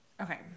Okay